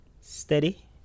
steady